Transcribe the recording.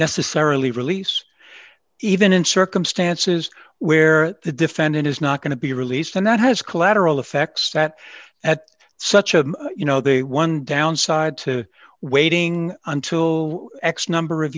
necessarily release even in circumstances where the defendant is not going to be released and that has collateral effects that at such a you know the one downside to waiting until x number of